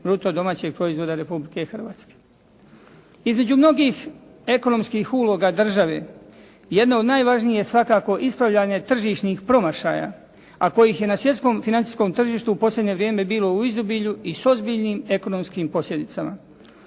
bruto domaćeg proizvoda Republike Hrvatske. Između mnogih ekonomskih uloga države jedna od najvažnijih je svakako ispravljanje tržišnih promašaja, a kojih je na svjetskom financijskom tržištu u posljednje vrijeme bilo u izobilju i s ozbiljnim ekonomskim posljedicama.